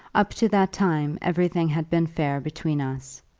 up to that time everything had been fair between us.